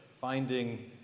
finding